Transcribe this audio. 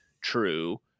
true